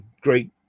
great